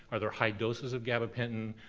are there high doses of gabapentin,